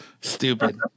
Stupid